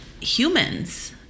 humans